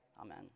Amen